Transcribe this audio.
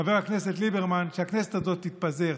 חבר הכנסת ליברמן, שהכנסת הזאת תתפזר.